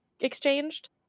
exchanged